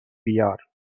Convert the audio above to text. بیار